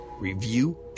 review